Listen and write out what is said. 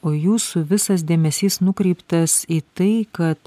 o jūsų visas dėmesys nukreiptas į tai kad